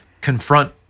confront